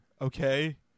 Okay